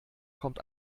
kommt